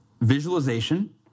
visualization